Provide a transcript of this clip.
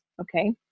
Okay